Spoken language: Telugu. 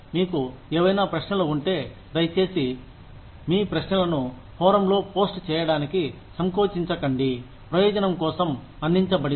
మీకు ఏవైనా ప్రశ్నలు ఉంటే దయచేసి ఇ మీ ప్రశ్నలను ఫోరంలో పోస్ట్ చేయడానికి సంకోచించకండి ప్రయోజనం కోసం అందించబడింది